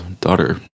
daughter